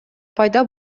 пайда